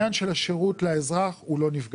בעניין של השירות לאזרח, הוא לא נפגע.